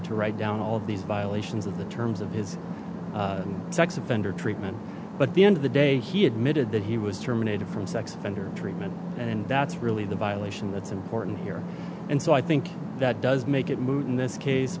to write down all of these violations of the terms of his sex offender treatment but the end of the day he admitted that he was terminated from sex offender treatment and that's really the violation that's important here and so i think that does make it moot in this case